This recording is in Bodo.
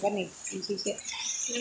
जाबायबा नै दाननोसै